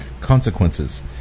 consequences